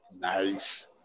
Nice